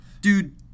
dude